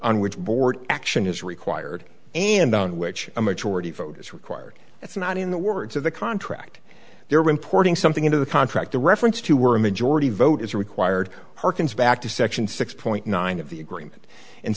on which board action is required and on which a majority vote is required that's not in the words of the contract they are importing something into the contract the reference to were a majority vote is required harkens back to section six point nine of the agreement and